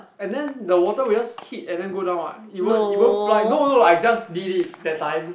and then the water will just hit and then go down what it won't it won't fly no no I just did it that time